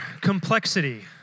complexity